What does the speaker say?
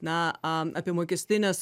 na apie mokestines